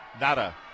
Nada